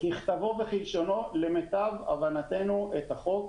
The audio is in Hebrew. ככתבו וכלשונו למיטב הבנתנו את החוק.